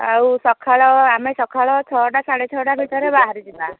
ଆଉ ସକାଳ ଆମେ ସକାଳ ଛଅଟା ସାଢ଼େ ଛଅଟା ଭିତରେ ବାହାରିଯିବା